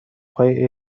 های